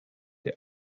der